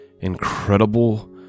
incredible